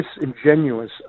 disingenuous